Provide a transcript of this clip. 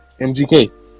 MGK